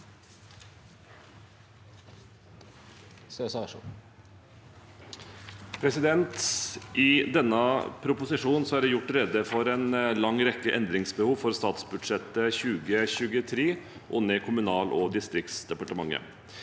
for saken): I denne proposisjonen er det gjort rede for en lang rekke endringsbehov for statsbudsjettet 2023 under Kommunal- og distriktsdepartementet.